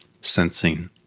sensing